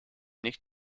nicht